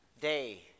Day